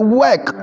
work